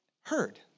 heard